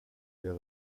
der